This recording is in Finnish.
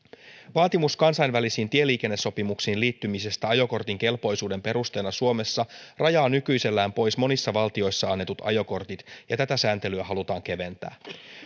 vaatimus kansainvälisiin tieliikennesopimuksiin liittymisestä ajokortin kelpoisuuden perusteena suomessa rajaa nykyisellään pois monissa valtioissa annetut ajokortit ja tätä sääntelyä halutaan keventää